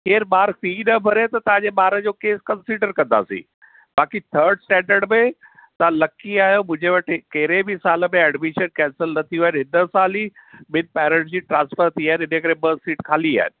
केरु ॿारु फ़ी न भरे त तव्हां जे ॿार जो केस कंसीडर कंदासीं बाकी थर्ड स्टेंडर्ड में तव्हां लकी आहियो मुहिंजे वटि कहिड़े बि साल में एडमिशन कैंसल न थियूं आहिनि हिन साल ई ॿिन पेरेंट्स जूं ट्रांसफर थियूं आहिनि हिन करे ॿ सीटस ख़ाली आहिनि